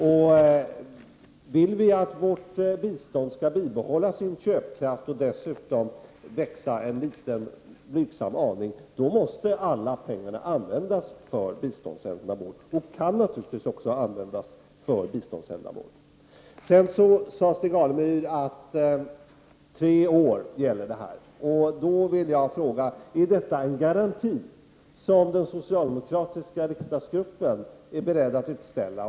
Om vi vill att vårt bistånd skall bibehålla sin köpkraft och dessutom växa en blygsam aning, måste alla pengar kunna användas för biståndsändamål. Stig Alemyr sade att det är fråga om tre år. Då vill jag fråga: Är detta en garanti som den socialdemokratiska riksdagsgruppen är beredd att utställa?